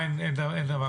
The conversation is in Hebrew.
מה אין דבר כזה?